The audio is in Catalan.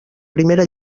primera